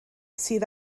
sydd